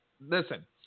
listen